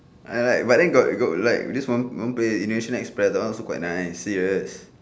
I I like but then got got like this one one player indonesia express that one also quite nice serious